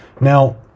Now